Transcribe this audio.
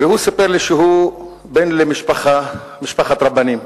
והוא סיפר לי שהוא בן למשפחת רבנים.